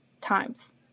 times